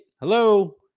hello